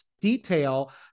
Detail